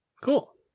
Cool